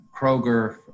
Kroger